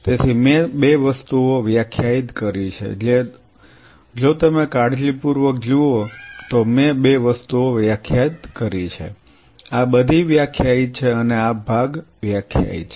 તેથી મેં 2 વસ્તુઓ વ્યાખ્યાયિત કરી છે જો તમે કાળજીપૂર્વક જુઓ તો મેં 2 વસ્તુઓ વ્યાખ્યાયિત કરી છે આ બધી વ્યાખ્યાયિત છે અને આ ભાગ વ્યાખ્યાયિત છે